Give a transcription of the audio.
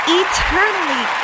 eternally